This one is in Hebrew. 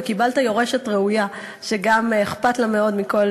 וקיבלת יורשת ראויה שגם אכפת לה מאוד מכל